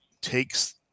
takes